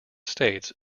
states